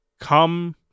come